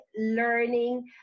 learning